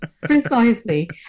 precisely